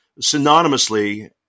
synonymously